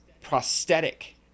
prosthetic